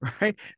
right